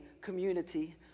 community